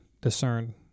discern